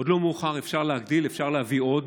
עוד לא מאוחר, אפשר להגדיל, אפשר להביא עוד.